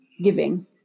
giving